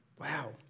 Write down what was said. Wow